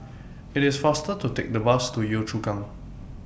IT IS faster to Take The Bus to Yio Chu Kang